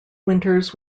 winters